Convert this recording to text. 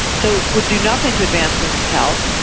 so would do nothing to advance women's health.